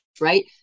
right